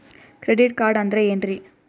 Credit card ಅಂದ್ರ ಏನ್ರೀ?